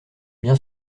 bien